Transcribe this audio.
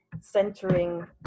centering